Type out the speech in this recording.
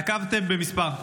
נקבתם במספר,